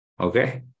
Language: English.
Okay